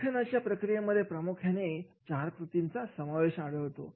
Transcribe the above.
लिखाणाच्या प्रक्रियेमध्ये प्रामुख्याने चार कृतींचा समावेश आढळून येतो